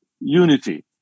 unity